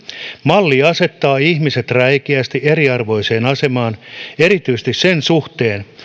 malli asettaa ihmiset räikeästi eriarvoiseen asemaan erityisesti sen suhteen